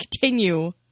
Continue